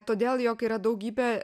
todėl jog yra daugybė